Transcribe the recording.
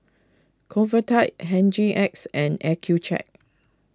Convatec Hygin X and Accucheck